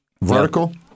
vertical